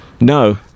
No